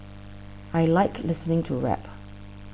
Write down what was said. I like listening to rap